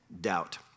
Doubt